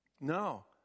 No